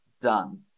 done